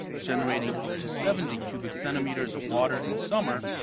generating up to seventy cubic centimeters of water in summer.